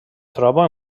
troba